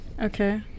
Okay